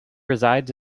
resides